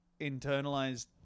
internalized